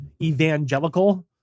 Evangelical